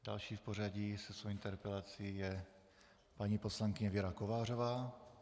Další v pořadí se svou interpelací je paní poslankyně Věra Kovářová.